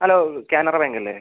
hello Canara Bank അല്ലേ